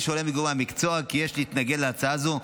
שעולה מגורמי המקצוע, היא כי יש להתנגד להצעה זו.